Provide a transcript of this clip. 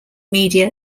media